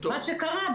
מה שקרה,